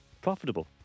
profitable